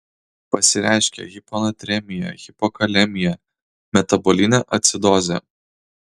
pasireiškia hiponatremija hipokalemija metabolinė acidozė